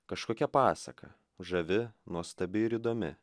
kažkokia pasaka žavi nuostabi ir įdomi